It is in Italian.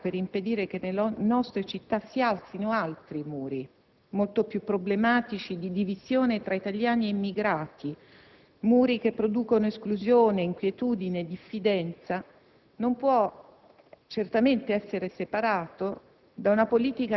Il contributo che gli enti locali possono dare per impedire che nelle nostre città si alzino altri muri, molto più problematici, di divisione tra italiani e immigrati, muri che producono esclusione, inquietudine, diffidenza, non può